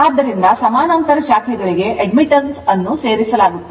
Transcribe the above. ಆದ್ದರಿಂದ ಸಮಾನಾಂತರ ಶಾಖೆಗಳಿಗೆ admittance ಅನ್ನು ಸೇರಿಸಲಾಗುತ್ತದೆ